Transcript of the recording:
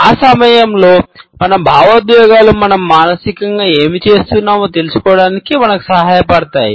ఆ సమయంలో మన భావోద్వేగాలు మనం మానసికంగా ఏమి చేస్తున్నామో తెలుసుకోవడానికి మనకు సహాయపడతాయి